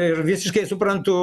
ir visiškai suprantu